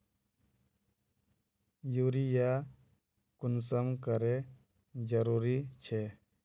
Urea कुंसम करे जरूरी छै?